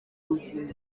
buzima